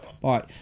Bye